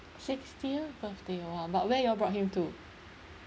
sixtieth birthday !wah! but where you all brought him to